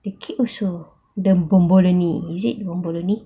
the cake also the bomboloni is it bomboloni